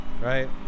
Right